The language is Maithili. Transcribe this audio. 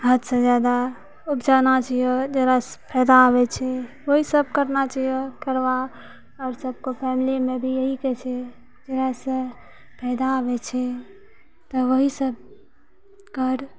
हदसँ जादा उपजाना चाहिए जकरासँ फायदा आबै छै ओहि सभ करना चाहिए करबा आओर सभके फैमिलीमे भी यहि जइसे यैहसँ फायदा अबै छै तऽ वहि सभ कर